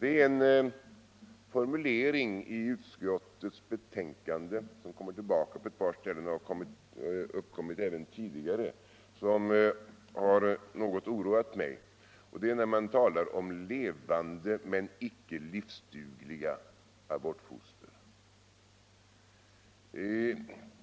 En formulering i utskottsbetänkandet som kommer tillbaka på ett par ställen och som har förekommit även tidigare har något oroat mig. Utskottet talar om levande, men icke livsdugliga abortfoster.